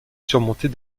surmontées